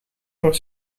voor